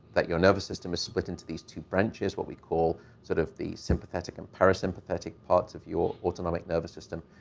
that your nervous system is split into these two branches, what we call sort of the sympathetic and parasympathetic parts of your autonomic nervous system.